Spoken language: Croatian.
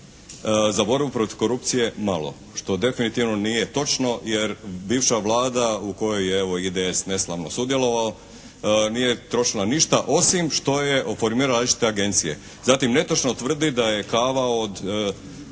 za borbu protiv korupcije malo što definitivno nije točno, jer bivša Vlada u kojoj je evo i IDS neslavno sudjelovao nije trošila ništa osim što je formirala različite agencije. Zatim netočno tvrdi da je kava od